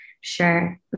Sure